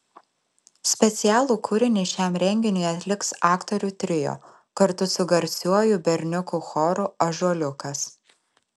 specialų kūrinį šiam renginiui atliks aktorių trio kartu su garsiuoju berniukų choru ąžuoliukas